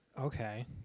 Okay